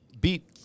beat